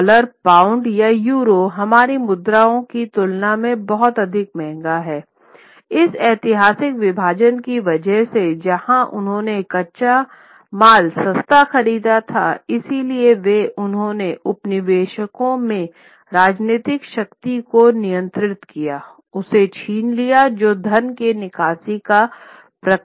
dollar pound या euro हमारी मुद्राओं की तुलना में बहुत अधिक महँगा है इस ऐतिहासिक विभाजन की वजह से जहाँ उन्होंने कच्चा माल सस्ता खरीदा था इसलिए कि उन्होंने उपनिवेशों में राजनीतिक शक्ति को नियंत्रित किया उसे छीन लिया जो धन के निकासी का प्रकार था